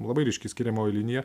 labai ryški skiriamoji linija